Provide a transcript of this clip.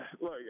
Look